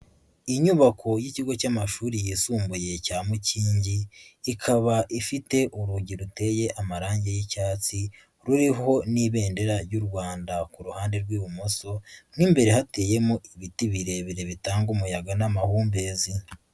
Inyubako y'ikigo cy'amashuri yisumbuye cya Mukingi, ikaba ifite urugi ruteye amarangi y'icyatsi, ruriho n'ibendera ry'u Rwanda ku ruhande rw'ibumoso, mo imbere hateyemo ibiti birebire bitanga umuyaga n'amahumbezi.